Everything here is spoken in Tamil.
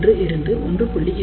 1 இருந்து 1